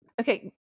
Okay